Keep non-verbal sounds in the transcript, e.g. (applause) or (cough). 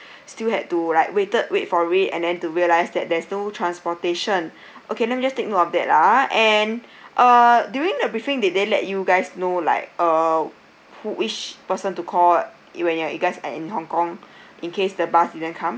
still had to like waited wait for a and then to realise that there's no transportation (breath) okay let me just take note of that ah and (breath) uh during the briefing did they let you guys know like uh who which person to call you when you are you guys are in hong kong (breath) in case the bus didn't come